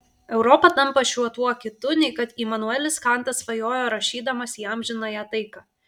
europa tampa šiuo tuo kitu nei kad imanuelis kantas svajojo rašydamas į amžinąją taiką